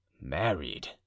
Married